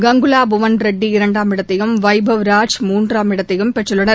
கங்குலா புவன்ரெட்டி இரண்டாம் இடத்தையும் வைபவ் ராஜ் மூன்றாம் இடத்தையும் பெற்றுள்ளனர்